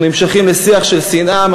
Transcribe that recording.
אנחנו נמשכים לשיח של שנאה,